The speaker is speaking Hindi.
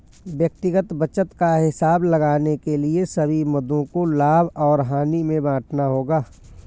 व्यक्तिगत बचत का हिसाब लगाने के लिए सभी मदों को लाभ और हानि में बांटना होगा